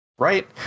Right